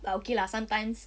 but okay lah sometimes